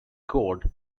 code